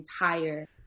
entire